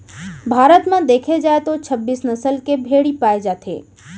भारत म देखे जाए तो छब्बीस नसल के भेड़ी पाए जाथे